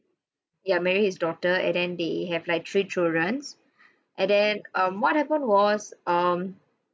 ya married his daughter and then they have like three childrens and then um what happen was um